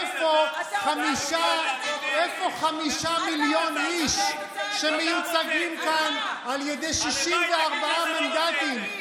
איפה חמישה מיליון איש שמיוצגים כאן על ידי 64 מנדטים?